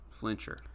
flincher